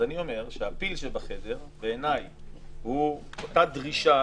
אני אומר שהפיל שבחדר הוא אותה דרישה